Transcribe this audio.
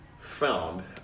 found